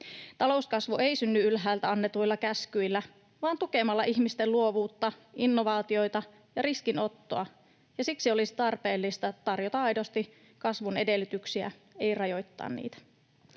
Talouskasvu ei synny ylhäältä annetuilla käskyillä, vaan tukemalla ihmisten luovuutta, innovaatioita ja riskinottoa, ja siksi olisi tarpeellista tarjota aidosti kasvun edellytyksiä, ei rajoittaa niitä.